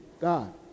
God